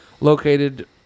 located